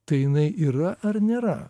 tai jinai yra ar nėra